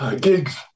gigs